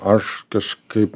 aš kažkaip